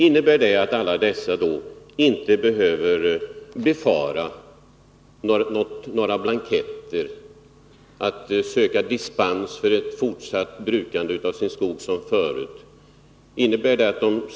Behöver alla dessa skogsägare inte befara att vara tvungna att fylla i blanketter för dispens för fortsatt brukande av sin skog som förut?